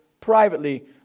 privately